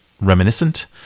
reminiscent